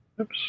Oops